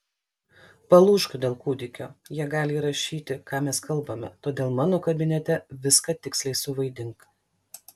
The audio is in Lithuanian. palūžk dėl kūdikio jie gali įrašyti ką mes kalbame todėl mano kabinete viską tiksliai suvaidink